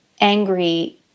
angry